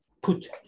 put